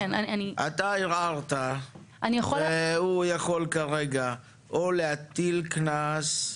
אתה ערערת, והוא יכול או להטיל קנס,